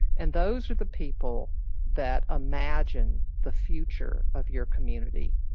and those are the people that imagine the future of your community.